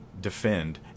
defend